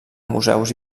museus